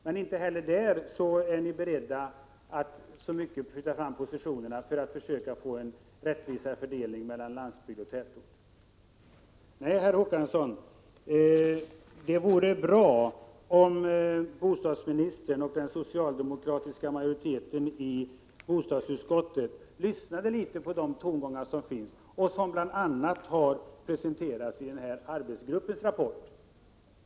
Men inte heller där är socialdemokraterna beredda att flytta fram positionerna för att få till stånd en rättvisare fördelning mellan landsbygd och tätorter. Det vore bra om bostadsministern och den socialdemokratiska majoriteten i bostadsutskottet lyssnade litet på de tongångar som hörs och som bl.a. har presenterats i arbetsgruppens rapport.